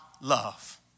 love